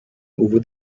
over